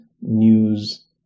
news